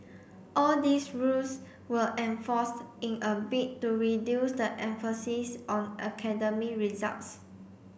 all these rules were enforced in a bid to reduce the emphasis on academic results